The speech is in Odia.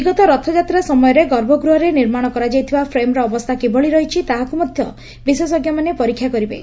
ବିଗତ ରଥଯାତ୍ରା ସମୟରେ ଗଭ୍ଭଗୃହରେ ନିର୍ମାଶ କରାଯାଇଥିବା ଫ୍ରେମ୍ର ଅବସ୍ଥା କିଭଳି ରହିଛି ତାହାକୁ ମଧ୍ଧ ବିଶେଷ୍କମାନେ ପରୀକ୍ଷା କରିବେ